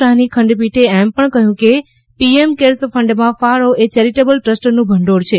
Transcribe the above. શાહની ખંડપીઠે એમ પણ કહ્યું કે પીએમ કેર્સ ફંડમાં ફાળો એ ચેરિટેબલ ટ્રસ્ટનું ભંડોળ છે